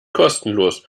kostenlos